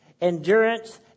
endurance